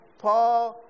Paul